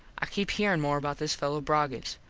i keep herein more about this fello broggins.